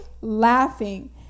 laughing